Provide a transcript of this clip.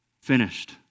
finished